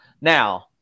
Now